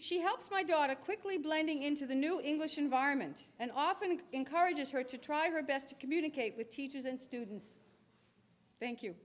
she helps my daughter quickly blending into the new english environment and often encourages her to try her best to communicate with teachers and students thank you